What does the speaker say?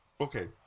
Okay